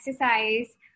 exercise